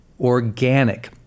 organic